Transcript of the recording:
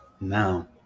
Now